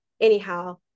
anyhow